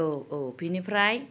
औ औ बिनिफ्राय